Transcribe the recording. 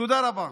תודה רבה.